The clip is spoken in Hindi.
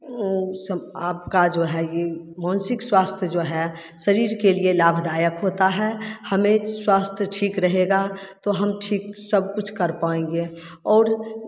सम आपका जो है ये मानसिक स्वास्थ्य जो है शरीर के लिए लाभदायक होता है हमें स्वास्थ्य ठीक रहेगा तो हम ठीक सब कुछ कर पाएँगे और